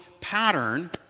pattern